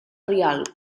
rialb